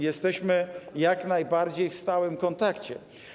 Jesteśmy jak najbardziej w stałym kontakcie.